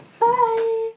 bye